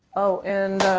oh and